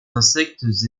insectes